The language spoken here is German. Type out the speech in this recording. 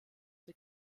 the